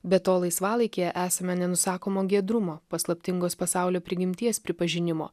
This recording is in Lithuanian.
be to laisvalaikyje esama nenusakomo giedrumo paslaptingos pasaulio prigimties pripažinimo